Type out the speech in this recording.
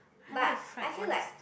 but I feel like